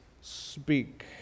speak